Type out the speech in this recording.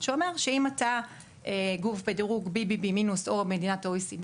שאומר שאם אתה גוף בדירוג BBB מינוס או מדינת OECD